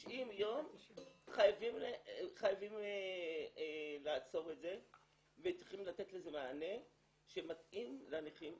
90 יום חייבים לעצור את זה וצריכים לתת לזה מענה שמתאים לנכים הקשים,